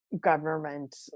government